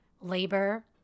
labor